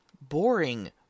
boring